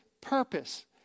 purpose